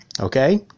Okay